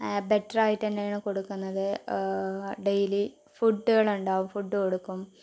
ബെറ്ററായിട്ട് തന്നെയാണ് കൊടുക്കുന്നത് ഡെയിലി ഫുഡ്ഡുകളുണ്ടാവും ഫുഡ് കൊടുക്കും